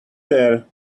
there